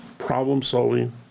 problem-solving